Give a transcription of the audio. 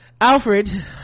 Alfred